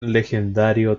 legendario